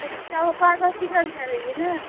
अच्छा वो बार बार बिगड़ जा रही है न